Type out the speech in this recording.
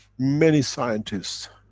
many scientists,